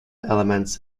elements